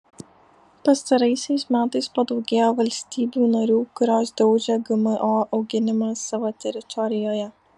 pastaraisiais metais padaugėjo valstybių narių kurios draudžia gmo auginimą savo teritorijoje